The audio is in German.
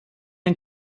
ein